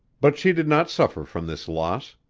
but she did not suffer from this loss.